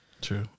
True